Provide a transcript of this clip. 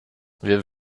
wir